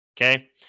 Okay